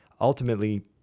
ultimately